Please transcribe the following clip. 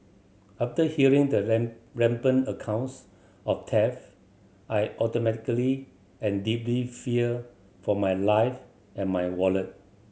after hearing the rampant accounts of theft I automatically and deeply feared for my life and my wallet